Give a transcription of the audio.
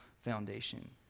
foundation